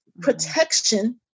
protection